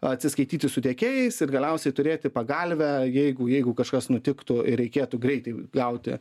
atsiskaityti su tiekėjais ir galiausiai turėti pagalvę jeigu jeigu kažkas nutiktų ir reikėtų greitai gauti